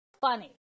funny